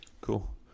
cool